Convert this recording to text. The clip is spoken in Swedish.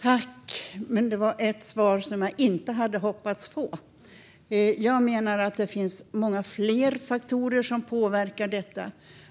Herr talman! Det var ett svar som jag inte hade hoppats på. Jag menar att det finns många fler faktorer som påverkar detta